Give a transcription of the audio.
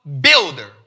builder